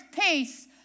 peace